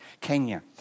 Kenya